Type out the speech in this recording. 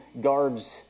guards